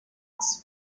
fox